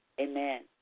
Amen